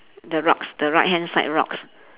the rocks the right hand side rocks